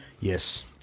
Yes